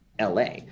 la